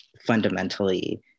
fundamentally